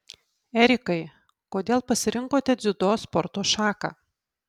erikai kodėl pasirinkote dziudo sporto šaką